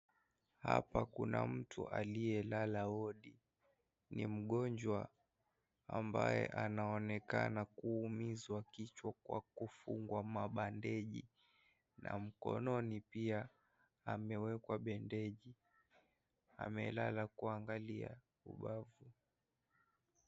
Hapa kuna mtu aliyelala wodi. Ni mgonjwa ambaye anaonekana kuumizwa kichwa kwa kufungwa mabandeji na mkononi poa yamewekwa bandeji. Amelala kuangalia ubavu.